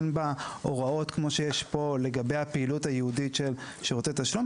אין בה הוראות כמו שיש כאן לגבי הפעילות הייעודית של שירותי תשלום,